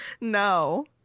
No